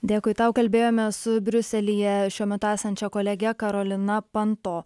dėkui tau kalbėjome su briuselyje šiuo metu esančia kolege karolina panto